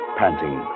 panting